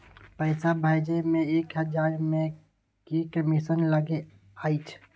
पैसा भैजे मे एक हजार मे की कमिसन लगे अएछ?